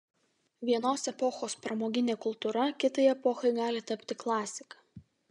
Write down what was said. vienos epochos pramoginė kultūra kitai epochai gali tapti klasika